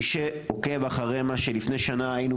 מי שעוקב אחרי מה שלפני שנה היינו